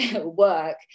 work